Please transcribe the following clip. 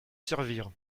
servir